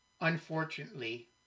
Unfortunately